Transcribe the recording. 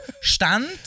stand